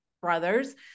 brothers